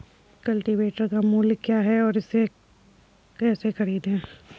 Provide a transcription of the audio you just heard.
Cultivator का मूल्य क्या है और इसे कैसे खरीदें?